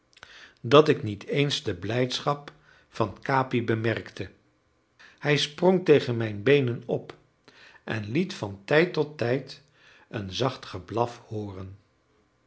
dat ik niet eens de blijdschap van capi bemerkte hij sprong tegen mijn beenen op en liet van tijd tot tijd een zacht geblaf hooren